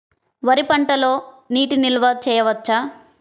వరి పంటలో నీటి నిల్వ చేయవచ్చా?